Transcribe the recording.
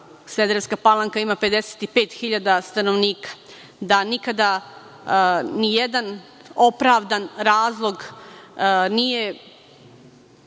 Smederevska Palanka ima 55.000 stanovnika, da nikada nijedan opravdan razlog nije